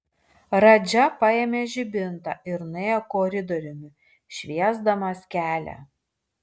radža paėmė žibintą ir nuėjo koridoriumi šviesdamas kelią